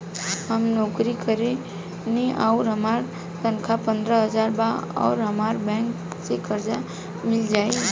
हम नौकरी करेनी आउर हमार तनख़ाह पंद्रह हज़ार बा और हमरा बैंक से कर्जा मिल जायी?